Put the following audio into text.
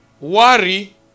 Worry